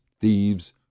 thieves